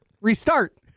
Restart